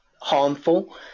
harmful